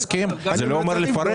מסכים, זה לא אומר לפרק.